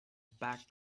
back